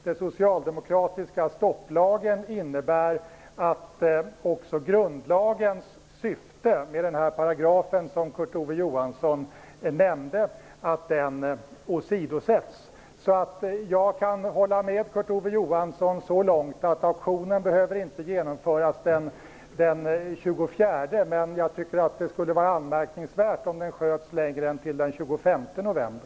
Den socialdemokratiska stopplagen innebär att också grundlagens syften, i den paragraf som Kurt Ove Johansson nämnde, åsidosätts. Jag håller med Kurt Ove Johansson om att auktionen inte behöver genomföras den 24 november, men det skulle vara anmärkningsvärt om den sköts upp längre än till den 25 november.